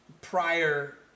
prior